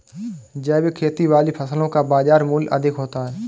जैविक खेती वाली फसलों का बाज़ार मूल्य अधिक होता है